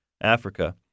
Africa